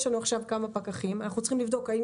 יש לנו עכשיו כמה פקחים ואנחנו צריכים לבדוק האם